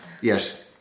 Yes